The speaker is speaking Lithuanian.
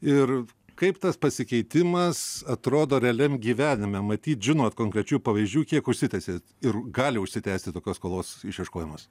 ir kaip tas pasikeitimas atrodo realiam gyvenime matyt žinot konkrečių pavyzdžių kiek užsitęsė ir gali užsitęsti tokios skolos išieškojimas